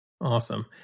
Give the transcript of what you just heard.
Awesome